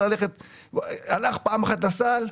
הלך פעם אחת לסל,